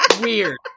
Weird